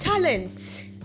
Talent